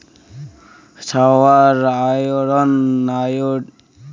ছাওয়ার iron, iodine দরকার হয় ফাইক জোখন যা নাল শাকত আছি